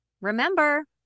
remember